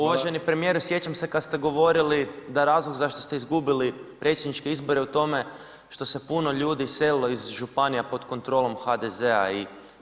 Uvaženi premijeru sjećam se kad ste govorili da je razlog zašto ste izgubili predsjedničke izbore u tome što se puno ljudi iselilo iz županija pod kontrolom HDZ-a.